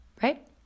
Right